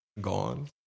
Gone